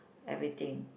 everything